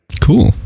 Cool